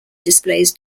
displays